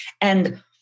And-